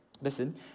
listen